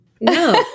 No